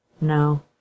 No